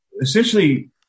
essentially